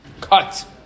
Cut